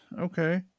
Okay